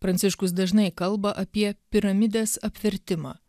pranciškus dažnai kalba apie piramidės apvertimą